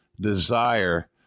desire